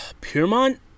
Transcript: Piermont